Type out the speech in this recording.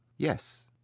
yes.